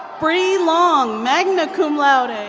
bree long, magna cum laude. and